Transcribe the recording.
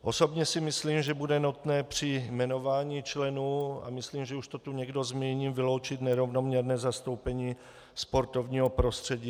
Osobně si myslím, že bude nutné při jmenování členů, a myslím, že už to tu někdo zmínil, vyloučit nerovnoměrné zastoupení sportovního prostředí.